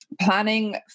planning